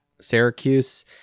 Syracuse